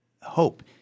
hope